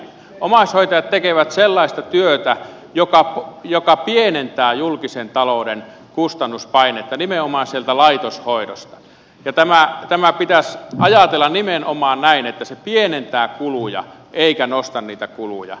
omaishoitajat tekevät sellaista työtä joka pienentää julkisen talouden kustannuspainetta nimenomaan sieltä laitoshoidosta ja tämä pitäisi ajatella nimenomaan näin että se pienentää kuluja eikä nosta niitä kuluja